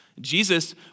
Jesus